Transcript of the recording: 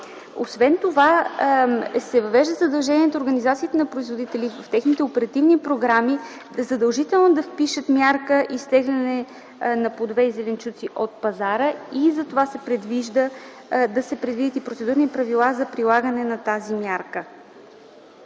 Освен това се въвежда задължението организациите на производителите и техните оперативни програми да впишат мярка „Изтегляне на плодове и зеленчуци от пазара” и затова да се предвидят и процедурни правила за прилагането на тази мярка.